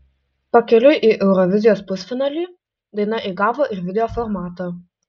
pakeliui į eurovizijos pusfinalį daina įgavo ir video formatą